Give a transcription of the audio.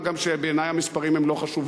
מה גם שבעיני המספרים הם לא חשובים.